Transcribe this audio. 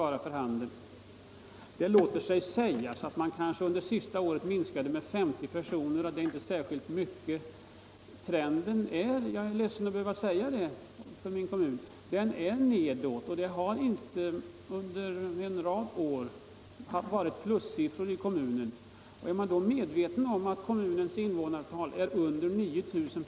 Det kan naturligtvis sägas att en minskning av invånarantalet i kommunen med 50 personer under det senaste året inte är så stor, men trenden — jag är ledsen att behöva säga det — är nedåtgående. Under en rad år har inga plussiffror kunnat redovisas i kommunen. Till bilden hör att invånarantalet är mindre än 9000.